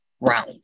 round